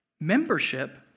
membership